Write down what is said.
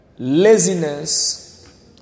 Laziness